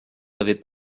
n’avez